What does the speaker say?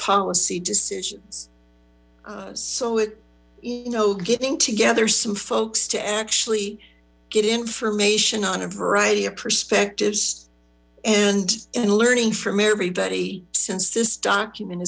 policy decisions so it you know getting together some folks to actually get information on a variety of perspectives and in learning from everybody since this document